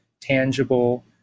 tangible